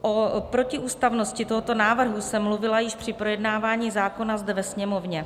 O protiústavnosti tohoto návrhu jsem mluvila již při projednávání zákona zde ve Sněmovně.